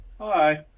hi